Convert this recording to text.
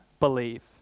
believe